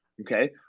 okay